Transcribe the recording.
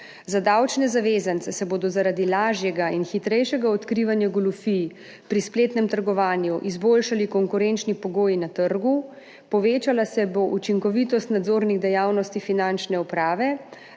Za davčne zavezance se bodo zaradi lažjega in hitrejšega odkrivanja goljufij pri spletnem trgovanju izboljšali konkurenčni pogoji na trgu, povečala se bo učinkovitost nadzornih dejavnosti finančne uprave,